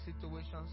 situations